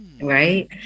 right